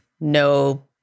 no